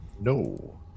No